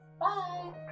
Bye